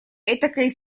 этакой